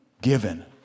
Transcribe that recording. given